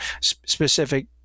specific